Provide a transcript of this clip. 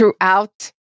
throughout